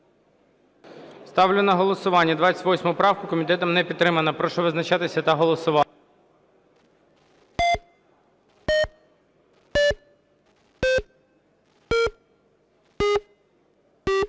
Ставлю на голосування 51 правку. Комітетом не підтримана. Прошу визначатись та голосувати.